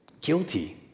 guilty